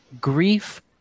grief